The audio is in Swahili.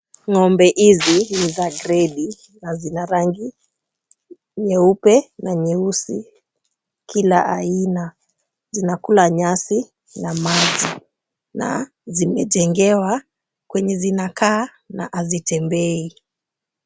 Ng'ombe hizi ni za gredi na zina rangi nyeupe na nyeusi kila aina. Zinakula nyasi na maji na zimejengewa kwenye zinakaa na hazitembei.